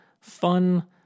fun